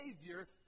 Savior